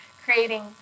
creating